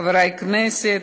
חברי הכנסת,